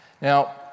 Now